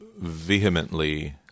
vehemently